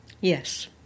Yes